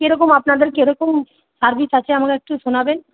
কীরকম আপনাদের কীরকম সার্ভিস আছে আমাকে একটু শোনাবেন